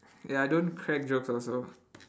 ya I don't crack jokes also